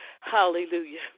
Hallelujah